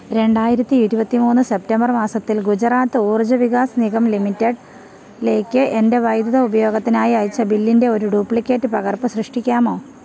രണ്ടായിരത്തി ഇരുപത്തിമൂന്ന് സെപ്റ്റംബർ മാസത്തിൽ ഗുജറാത്ത് ഊർജ വികാസ് നിഗം ലിമിറ്റഡ്ലേക്ക് എൻ്റെ വൈദ്യുതി ഉപയോഗത്തിനായി അയച്ച ബില്ലിൻ്റെ ഒരു ഡ്യൂപ്ലിക്കേറ്റ് പകർപ്പ് സൃഷ്ടിക്കാമോ